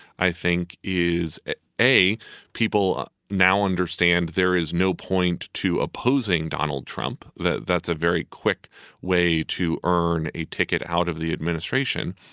i think, is a people now understand there is no point to opposing donald trump. that's a very quick way to earn a ticket out of the administration.